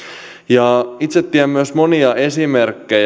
itse tiedän myös monia esimerkkejä